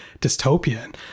dystopian